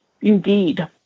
indeed